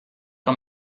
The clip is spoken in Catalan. que